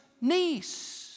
niece